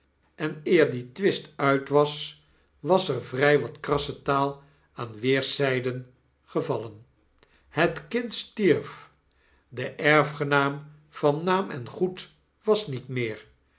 en eer die twist uit was was er vry wat krasse taal van weerszyden gevallen het kind stierf de erfgenaam van naam en goed was niet meer